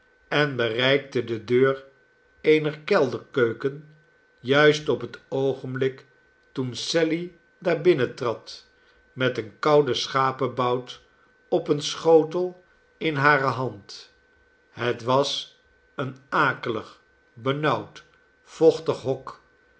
en bereikte de deur eener kelderkeuken juist op het oogenblik toen sally daar binnentrad met een kouden schapenbout op een schotel in hare hand het was een akelig benauwd vochtig hok